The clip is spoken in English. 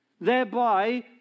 thereby